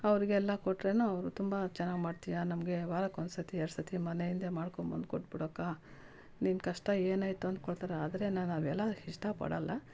ಅವರಿಗೆಲ್ಲಾ ಕೊಟ್ರೆ ಅವ್ರು ತುಂಬ ಚೆನ್ನಾಗಿ ಮಾಡ್ತಿಯಾ ನಮಗೆ ವಾರಕ್ಕೆ ಒಂದ್ಸತಿ ಎರಡ್ಸತಿ ಮನೆಯಿಂದ ಮಾಡ್ಕೊಂಡು ಬಂದು ಕೊಟ್ಬಿಡಕ್ಕ ನಿನ್ನ ಕಷ್ಟ ಏನಾಯಿತು ಅನ್ಕೊಳ್ತಾರೆ ಆದರೆ ನಾವು ಅವೆಲ್ಲ ಇಷ್ಟಪಡಲ್ಲ